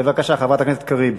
בבקשה, חברת הכנסת קריב.